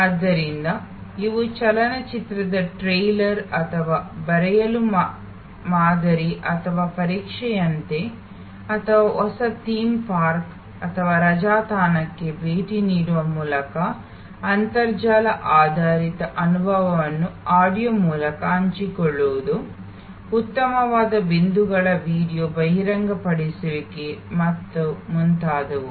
ಆದ್ದರಿಂದ ಇದು ಚಲನಚಿತ್ರದ ಟ್ರೈಲರ್ ಅಥವಾ ಬರೆಯಲು ಮಾದರಿ ಅಥವಾ ಪರೀಕ್ಷೆಯಂತೆ ಅಥವಾ ಹೊಸ ಥೀಮ್ ಪಾರ್ಕ್ ಅಥವಾ ರಜಾ ತಾಣಕ್ಕೆ ಭೇಟಿ ನೀಡುವ ಮೂಲಕ ಅಂತರ್ಜಾಲ ಆಧಾರಿತ ಅನುಭವಗಳನ್ನು ಆಡಿಯೋ ಮೂಲಕ ಹಂಚಿಕೊಳ್ಳುವುದು ಉತ್ತಮವಾದ ಬಿಂದುಗಳ ವೀಡಿಯೊ ಬಹಿರಂಗಪಡಿಸುವಿಕೆ ಮತ್ತು ಮುಂತಾದವು